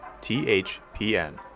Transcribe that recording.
THPN